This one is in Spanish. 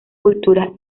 culturas